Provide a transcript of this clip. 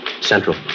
Central